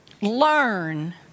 learn